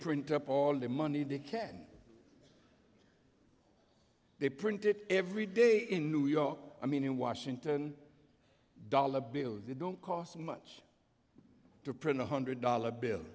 print up all their money they can they print it every day in new york i mean in washington dollar bills it don't cost much to print a hundred dollar bill